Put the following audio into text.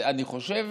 אני חושב